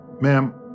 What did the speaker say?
Ma'am